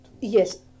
Yes